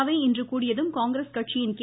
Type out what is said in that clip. அவை இன்று கூடியதும் காங்கிரஸ் கட்சியின் கே